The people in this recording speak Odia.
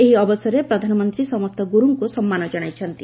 ଏହି ଅବସରରେ ପ୍ରଧାନମନ୍ତ୍ରୀ ସମସ୍ତ ଗୁରୁଙ୍କୁ ସମ୍ମାନ ଜଣାଇଛନ୍ତି